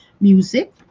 music